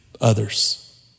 others